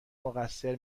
مقصر